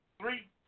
Three